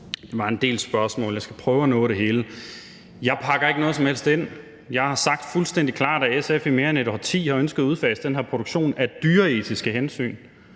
Der var en del spørgsmål, jeg skal prøve at nå det hele. Jeg pakker ikke noget som helst ind. Jeg har sagt fuldstændig klart, at SF i mere end et årti har ønsket at udfase den her produktion af dyreetiske hensyn.